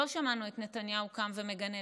לא שמענו את נתניהו קם ומגנה.